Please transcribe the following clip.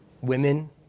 Women